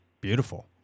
beautiful